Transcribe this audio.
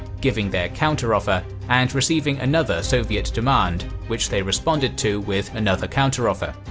giving their counteroffer and receiving another soviet demand, which they responded to with another counteroffer.